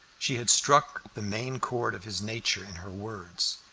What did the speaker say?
she had struck the main chord of his nature in her words,